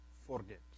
forget